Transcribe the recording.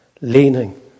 leaning